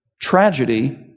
tragedy